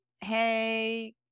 hey